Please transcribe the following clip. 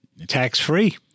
tax-free